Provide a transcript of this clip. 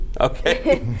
Okay